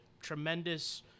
tremendous